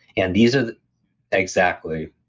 and these are. exactly,